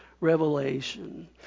revelation